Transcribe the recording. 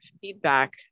feedback